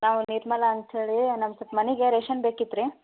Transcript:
ನಾವು ನಿರ್ಮಲ ಅಂಥೇಳಿ ನಂಗೆ ಸ್ವಲ್ಪ ಮನೆಗೆ ರೇಷನ್ ಬೇಕಿತ್ತು ರೀ